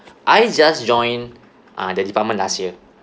I just join uh the department last year